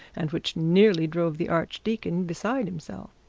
and which nearly drove the archdeacon beside himself.